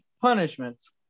punishments